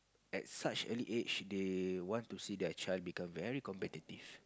at such early age they want to see their child become very competitive